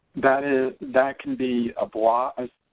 that ah that can be a block